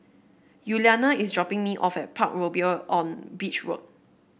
Yuliana is dropping me off at Parkroyal on Beach Road